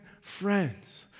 friends